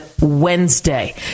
Wednesday